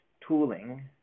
tooling